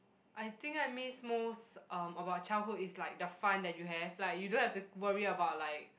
I think I miss um most about childhood is like the fun that you have like you don't have to worry about like